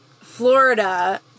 Florida